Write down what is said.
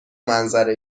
منظره